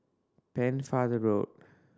Pennefather Road